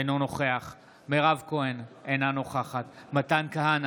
אינו נוכח מירב כהן, אינה נוכחת מתן כהנא,